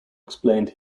explained